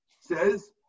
says